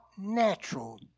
natural